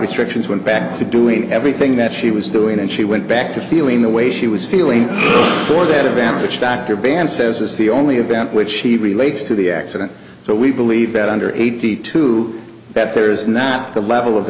restrictions went back to doing everything that she was doing and she went back to feeling the way she was feeling for that event which dr band says is the only event which she relates to the accident so we believe that under eighty two that there is not the level of